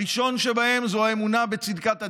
הראשון שבהם הוא האמונה בצדקת הדרך,